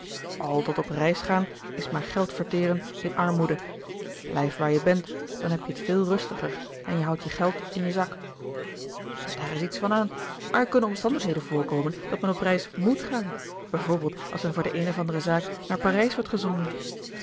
al dat op reis gaan is maar geld verteren in armoede blijf waar je bent dan hebt je het veel rustiger en je houdt je geld in je zak daar is iets van aan maar er kunnen omstandigheden voorkomen dat men op reis moet gaan bijvoorbeeld als men voor de eene of andere zaak naar parijs wordt gezonden